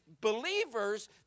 believers